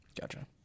Gotcha